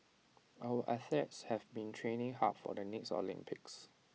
our athletes have been training hard for the next Olympics